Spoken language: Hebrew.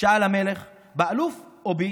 שאל המלך, באלוף או בי?